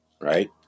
right